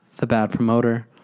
TheBadPromoter